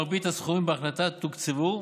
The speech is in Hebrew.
מרבית הסכומים בהחלטה תוקצבו,